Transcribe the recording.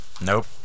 nope